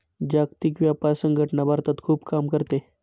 जागतिक व्यापार संघटना भारतात खूप काम करत आहे